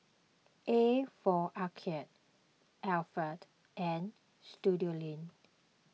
A for Arcade Alpen and Studioline